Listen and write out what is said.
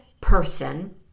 person